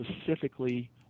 specifically